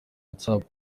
whatsapp